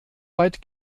weit